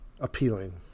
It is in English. appealing